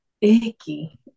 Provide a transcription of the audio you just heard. icky